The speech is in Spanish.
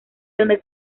donde